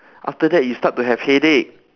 after that you start to have headache